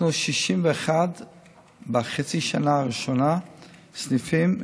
פתחנו בחצי השנה הראשונה 61 סניפים,